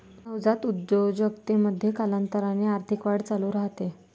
नवजात उद्योजकतेमध्ये, कालांतराने आर्थिक वाढ चालू राहते